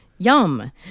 Yum